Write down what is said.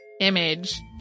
image